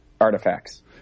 artifacts